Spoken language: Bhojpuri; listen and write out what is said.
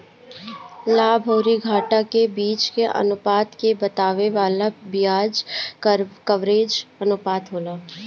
लाभ अउरी घाटा के बीच के अनुपात के बतावे वाला बियाज कवरेज अनुपात होला